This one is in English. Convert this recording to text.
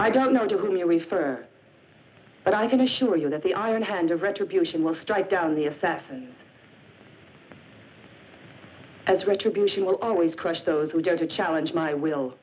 i don't know whom you refer but i can assure you that the iron hand of retribution will strike down the assassin as retribution will always crush those who go to challenge my will